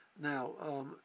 Now